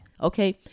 okay